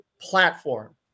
platform